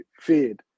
feared